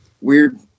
weird